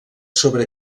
sobre